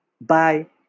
bye